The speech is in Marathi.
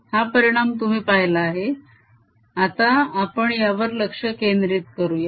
हा परिणाम तुम्ही पाहिला आहे आता आपण यावर लक्ष केंद्रित करूया